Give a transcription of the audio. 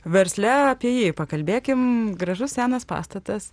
versle apie jį pakalbėkim gražus senas pastatas